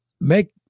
make